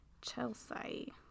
Chelsea